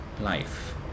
life